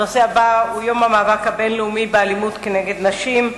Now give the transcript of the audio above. הנושא הבא הוא יום המאבק הבין-לאומי באלימות נגד נשים,